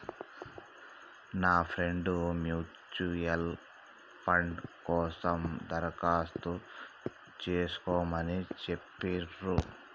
నా friend mutual fund కోసం దరఖాస్తు చేస్కోమని చెప్పిర్రు